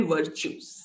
Virtues